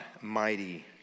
mighty